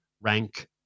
rank